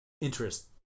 interest